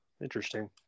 Interesting